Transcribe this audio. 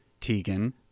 Tegan